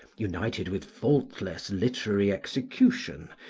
united with faultless literary execution,